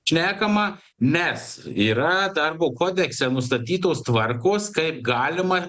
šnekama nes yra darbo kodekse nustatytos tvarkos kaip galima